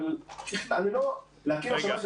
אבל להקים עכשיו מערכת